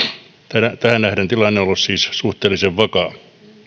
tähän nähden tilanne on ollut siis suhteellisen vakaa